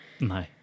No